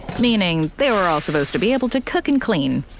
meaning they were all supposed to be able to cook and clean.